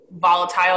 volatile